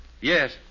Yes